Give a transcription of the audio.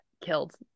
killed